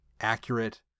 accurate